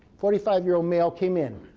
forty five year old male came in.